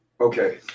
okay